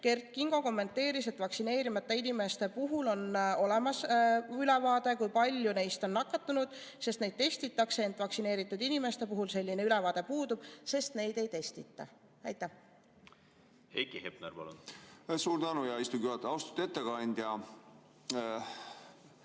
Kert Kingo kommenteeris, et vaktsineerimata inimeste puhul on olemas ülevaade, kui paljud neist on nakatunud, sest neid testitakse, ent vaktsineeritud inimeste puhul selline ülevaade puudub, sest neid ei testita. Aitäh selle abi eest, et tuletasite meelde! Ma